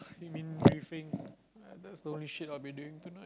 you mean briefing that's the only shit I'll be doing tonight